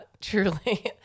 truly